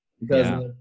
because-